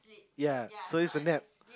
ya so is a nap